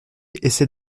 essaie